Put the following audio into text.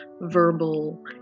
verbal